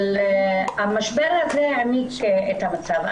המשבר הזה העמיק את המצב.